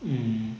mm